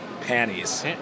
panties